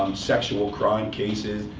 sexual crime cases,